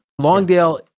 Longdale